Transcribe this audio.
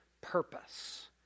purpose